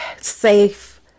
safe